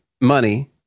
money